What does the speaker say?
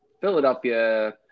Philadelphia